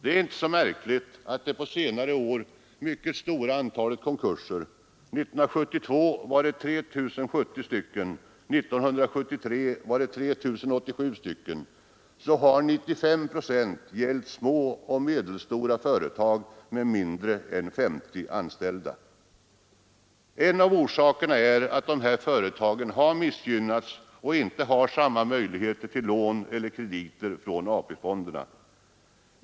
Det är inte så märkligt att av det på senare år mycket stora antalet konkurser — 1972 var det 3 070 stycken och 1973 var det 3 087 stycken — 95 procent har gällt små och medelstora företag med mindre än 50 anställda. En av orsakerna är att dessa företag har missgynnats och inte har samma möjligheter till lån och krediter från AP-fonderna.